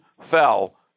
fell